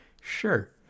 Sure